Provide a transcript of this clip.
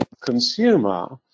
consumer